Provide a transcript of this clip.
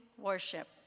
worship